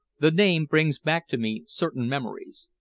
the name brings back to me certain memories.